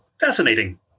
fascinating